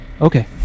okay